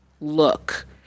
Look